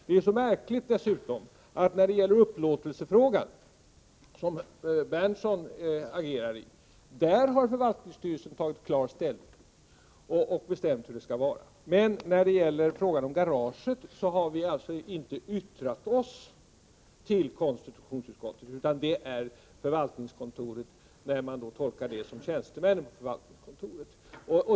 Dessutom är det märkligt att förvaltningsstyrelsen beträffande upplåtelsefrågan, som ju Nils Berndtson agerar i, tagit klar ställning och bestämt hur det skall vara. Men i garagefrågan har vi alltså inte yttrat oss till konstitutionsutskottet. Det är tjänstemän på förvaltningskontoret som gjort det.